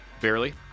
Barely